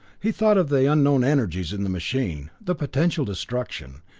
he thought of the unknown energies in the machine, the potential destruction,